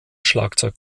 schlagzeug